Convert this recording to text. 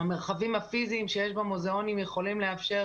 המרחבים הפיזיים שיש במוזיאונים יכולים לאפשר